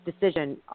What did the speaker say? decision